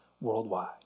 worldwide